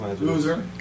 Loser